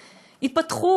ייפתחו,